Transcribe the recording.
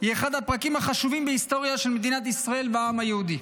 היא אחד הפרקים החשובים בהיסטוריה של מדינת ישראל והעם היהודי.